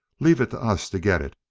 leave it to us to get it.